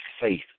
faith